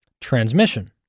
transmission